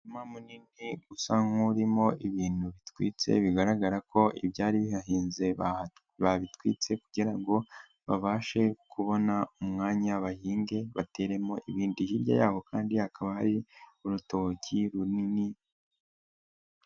umurima munini usa nk'urimo ibintu bitwitse, bigaragara ko ibyari bihahinze babitwitse kugira ngo babashe kubona umwanya bahinge bateremo ibindi, hirya yabo kandi hakaba hari urutoki runini.